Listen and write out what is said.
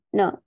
no